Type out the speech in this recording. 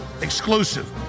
exclusive